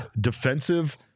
Defensive